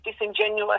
disingenuous